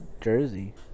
Jersey